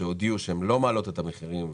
שהודיעו שהן לא מעלות את המחירים,